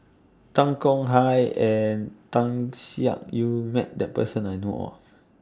Tan Tong Hye and Tan Siak Kew has Met This Person that I know of